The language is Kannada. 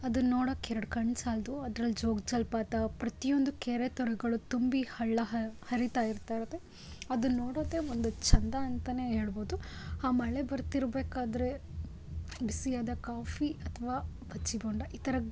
ಅದನ್ನ ನೋಡಕ್ಕೆ ಎರಡು ಕಣ್ಣು ಸಾಲದು ಅದ್ರಲ್ಲಿ ಜೋಗ ಜಲಪಾತ ಪ್ರತಿಯೊಂದು ಕೆರೆ ತೊರೆಗಳು ತುಂಬಿ ಹಳ್ಳ ಹ ಹರೀತಾ ಇರ್ತಾ ಇರತ್ತೆ ಅದನ್ನ ನೋಡೋದೇ ಒಂದು ಚಂದ ಅಂತಾನೆ ಹೇಳ್ಬೋದು ಆ ಮಳೆ ಬರ್ತಿರಬೇಕಾದ್ರೆ ಬಿಸಿಯಾದ ಕಾಫಿ ಅಥವಾ ಬಜ್ಜಿ ಬೋಂಡಾ ಈ ಥರ